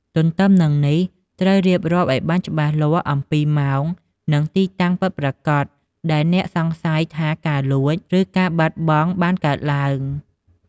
ទទ្ទឹមនឹងនេះ ត្រូវរៀបរាប់ឲ្យបានច្បាស់លាស់អំពី ម៉ោង និងទីតាំងពិតប្រាកដ ដែលអ្នកសង្ស័យថាការលួច ឬការបាត់បង់បានកើតឡើង។